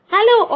Hello